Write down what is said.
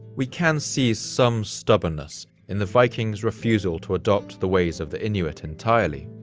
we can see some stubbornness in the vikings' refusal to adopt the ways of the inuit entirely.